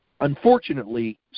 unfortunately